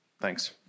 thanks